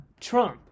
Trump